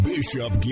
Bishop